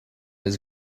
his